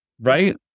right